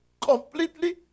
Completely